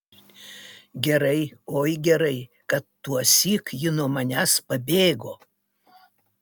gerai oi gerai kad tuosyk ji nuo manęs pabėgo